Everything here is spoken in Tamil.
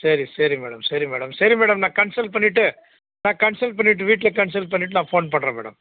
சரி சரி மேடம் சரி மேடம் சரி மேடம் நான் கன்சல் பண்ணிவிட்டு நான் கன்சல் பண்ணிவிட்டு வீட்டில் கன்சல் பண்ணிவிட்டு நான் ஃபோன் பண்ணுறேன் மேடம்